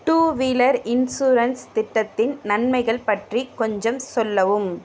two wheeler insurance திட்டத்தின் நன்மைகள் பற்றி கொஞ்சம் சொல்லவும்